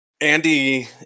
Andy